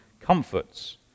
comforts